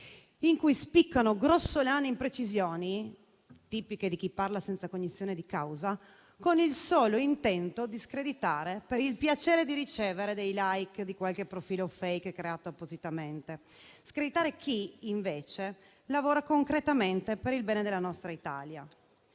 in cui spiccano grossolane imprecisioni, tipiche di chi parla senza cognizione di causa, con il solo intento di screditare (per il piacere di ricevere dei *like* di qualche profilo *fake* creato appositamente) chi, invece, lavora concretamente per il bene della nostra Italia.